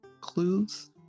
clues